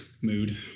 mood